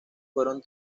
fueron